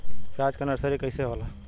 प्याज के नर्सरी कइसे होला?